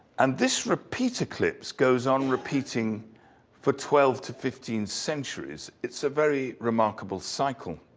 and this repeat eclipse goes on repeating for twelve to fifteen centuries. it's a very remarkable cycle.